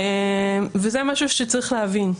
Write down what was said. וזה משהו שצריך להבין,